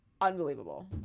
unbelievable